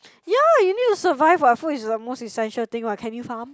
ya you need to survive what food is the most essential thing what can you farm